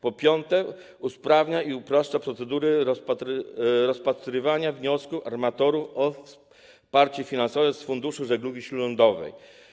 Po piąte, usprawnia i upraszcza procedury rozpatrywania wniosków armatorów o wsparcie finansowe z Funduszu Żeglugi Śródlądowej.